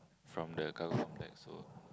from the government complex so